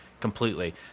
completely